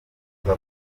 ngo